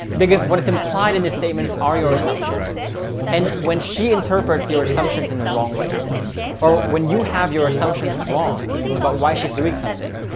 biggest. what is implied in this statement is are your assumptions and when she interprets your assumptions in the wrong way or when you have your assumptions wrong about why she's doing something,